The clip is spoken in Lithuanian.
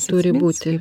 turi būti